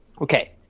Okay